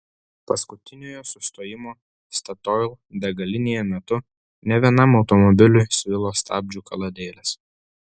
paskutiniojo sustojimo statoil degalinėje metu ne vienam automobiliui svilo stabdžių kaladėlės